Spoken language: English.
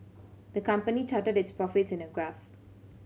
the company charted its profits in a graph